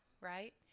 right